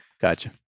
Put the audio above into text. Gotcha